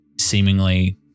seemingly